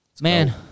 Man